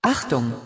Achtung